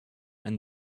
and